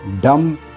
dumb